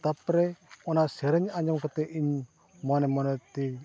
ᱛᱟᱨᱯᱚᱨᱮ ᱚᱱᱟ ᱥᱮᱨᱮᱧ ᱟᱸᱡᱚᱢ ᱠᱟᱛᱮᱫ ᱤᱧ ᱢᱚᱱᱮ ᱢᱚᱱᱮ ᱛᱤᱧ